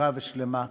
שלמה לפצועים.